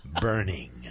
burning